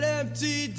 empty